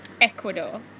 Ecuador